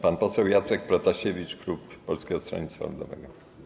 Pan poseł Jacek Protasiewicz, klub Polskiego Stronnictwa Ludowego.